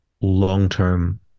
long-term